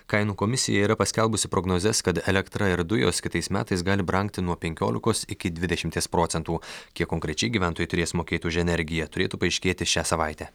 kainų komisija yra paskelbusi prognozes kad elektra ir dujos kitais metais gali brangti nuo penkiolikos iki dvidešimties procentų kiek konkrečiai gyventojai turės mokėti už energiją turėtų paaiškėti šią savaitę